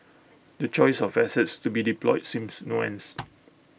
the choice of assets to be deployed seems nuanced